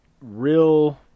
real